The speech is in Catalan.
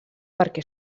perquè